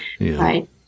right